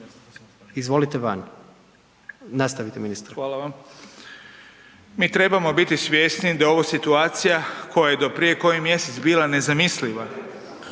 izvolite van. Nastavite ministre. **Beroš, Vili (HDZ)** Hvala vam. Mi trebamo biti svjesni da je ovo situacija koja je do prije koji mjesec bila nezamisliva,